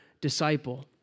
disciple